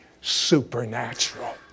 supernatural